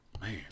man